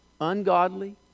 ungodly